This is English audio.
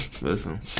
Listen